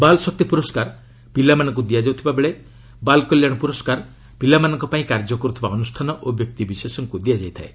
ବାଲ୍ ଶକ୍ତି ପୁରସ୍କାର ପିଲାମାନଙ୍କୁ ଦିଆଯାଉଥିବା ବେଳେ ବାଲ୍ କଲ୍ୟାଣ ପ୍ରରସ୍କାର ପିଲାମାନଙ୍କ ପାଇଁ କାର୍ଯ୍ୟ କର୍ରଥିବା ଅନ୍ତିଷ୍ଠାନ ଓ ବ୍ୟକ୍ତି ବିଶେଷଜ୍ଞଙ୍କୁ ଦିଆଯାଇଥାଏ